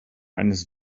eines